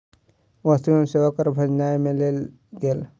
वस्तु एवं सेवा कर भोजनालय में लेल गेल